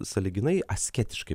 sąlyginai asketiškai